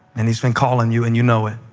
and has been calling you, and you know it.